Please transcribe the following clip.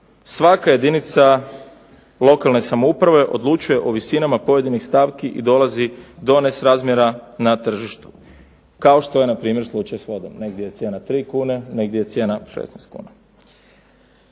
Svaka jedinica lokalne samouprave odlučuje o visinama pojedinih stavki i dolazi do nesrazmjera na tržištu kao što je npr. slučaj s vodom, negdje je cijena 3 kune, negdje je cijena 16 kuna.